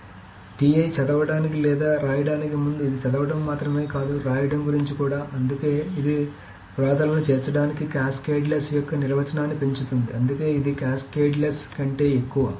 కాబట్టి చదవడానికి లేదా రాయడానికి ముందు ఇది చదవడం మాత్రమే కాదు వ్రాయడం గురించి కూడా అందుకే ఇది వ్రాతలను చేర్చడానికి క్యాస్కేడ్లెస్ యొక్క నిర్వచనాన్ని పెంచుతుంది అందుకే ఇది క్యాస్కేడ్లెస్ కంటే ఎక్కువ